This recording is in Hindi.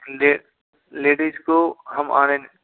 लेडिज को हम आने